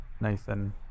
Nathan